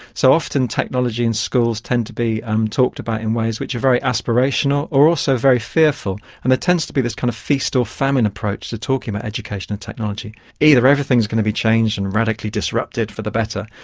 so, often technology in schools tend to be um talked about in ways which are very aspirational or also very fearful, and there tends to be this kind of feast or famine approach to talking about education and technology either everything is going to be changed and radically disrupted for the better,